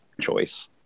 choice